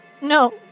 No